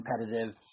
competitive